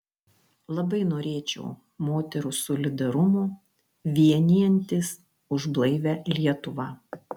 labai norėčiau moterų solidarumo vienijantis už blaivią lietuvą